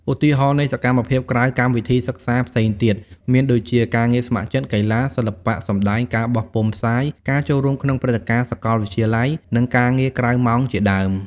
ឧទាហរណ៍នៃសកម្មភាពក្រៅកម្មវិធីសិក្សាផ្សេងទៀត មានដូចជា ការងារស្ម័គ្រចិត្ត, កីឡា, សិល្បៈសម្តែង, ការបោះពុម្ពផ្សាយ, ការចូលរួមក្នុងព្រឹត្តិការណ៍សាកលវិទ្យាល័យ, និងការងារក្រៅម៉ោងជាដើម។